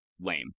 lame